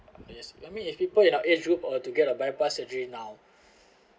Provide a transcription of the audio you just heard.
yes I mean if people in our age group or to get a bypass surgery now